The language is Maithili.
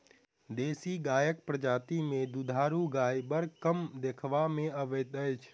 देशी गायक प्रजाति मे दूधारू गाय बड़ कम देखबा मे अबैत अछि